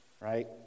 right